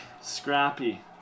Scrappy